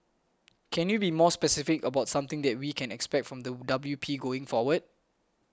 can you be more specific about something that we can expect from the W P going forward